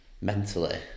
mentally